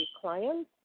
clients